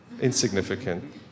insignificant